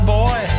boy